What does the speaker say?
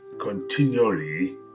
continually